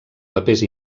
papers